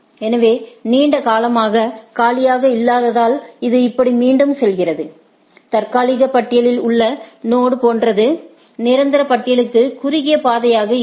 எனவே நீண்ட காலமாக காலியாக இல்லாததால் இது இப்படி மீண்டும் செல்கிறது தற்காலிக பட்டியலில் உள்ள நொடு போன்றது நிரந்தர பட்டியலுக்கு குறுகிய பாதையாக இருக்கும்